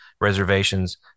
reservations